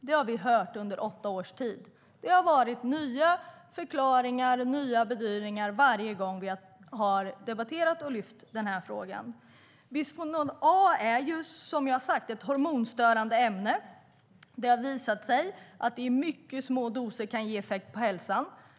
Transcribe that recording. Det har vi hört under åtta års tid. Det har varit nya förklaringar och nya bedyranden varje gång vi har debatterat och lyft fram denna fråga. Som jag sade är bisfenol A ett hormonstörande ämne. Det har visat sig att det i mycket små doser kan ge effekt på hälsan.